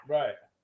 right